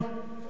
מצה"ל,